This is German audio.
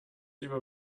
über